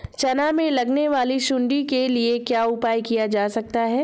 चना में लगने वाली सुंडी के लिए क्या उपाय किया जा सकता है?